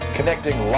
Connecting